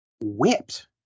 whipped